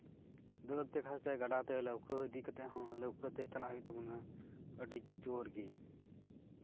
ᱫᱟᱹᱲ ᱛᱮᱠᱷᱟᱱ ᱜᱟᱰᱟ ᱛᱮ ᱞᱟᱹᱣᱠᱟᱹ ᱤᱫᱤ ᱠᱟᱛᱮᱫ ᱦᱚᱸ ᱞᱟᱹᱣᱠᱟᱹ ᱛᱮ ᱪᱟᱞᱟᱜ ᱦᱩᱭᱩᱜ ᱛᱟᱵᱚᱱᱟ ᱟᱹᱰᱤ ᱡᱳᱨ ᱜᱮ